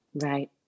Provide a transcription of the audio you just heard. Right